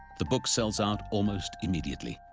the book sells out almost immediately,